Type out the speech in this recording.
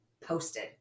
posted